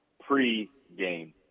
pre-game